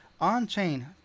on-chain